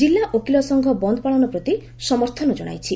ଜିଲ୍ଲା ଓକିଲ ସଂଘ ବନ୍ଦ ପାଳନ ପ୍ରତି ସମର୍ଥନ ଜଣାଇଛି